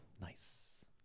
Nice